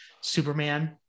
Superman